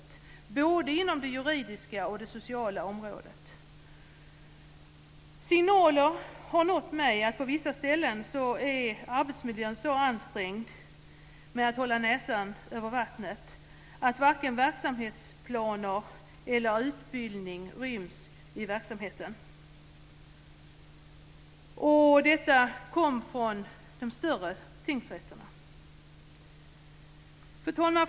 Det gäller på både det juridiska och det sociala området. Signaler har nått mig om att arbetsmiljön är så ansträngd på vissa ställen av att man försöker hålla näsan över vattnet att varken verksamhetsplaner eller utbildning ryms i verksamheten. Detta kom från de större tingsrätterna. Fru talman!